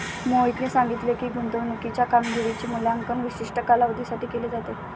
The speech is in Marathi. मोहितने सांगितले की, गुंतवणूकीच्या कामगिरीचे मूल्यांकन विशिष्ट कालावधीसाठी केले जाते